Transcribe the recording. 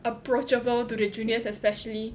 approachable to the juniors especially